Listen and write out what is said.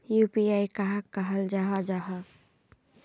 UPI कहाक कहाल जाहा जाहा?